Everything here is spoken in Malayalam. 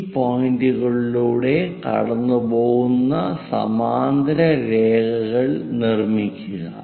ഈ പോയിന്റുകളിലൂടെ കടന്നുപോകുന്ന സമാന്തര രേഖകൾ നിർമ്മിക്കുക